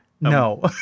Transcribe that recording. No